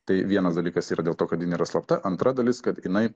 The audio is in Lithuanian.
tai vienas dalykas yra dėl to kad jin yra slapta antra dalis kad jinai